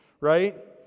right